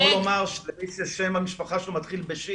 זה כמו לומר שמי ששם המשפחה שלו מתחיל ב-ש',